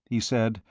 he said,